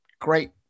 great